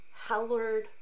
Howard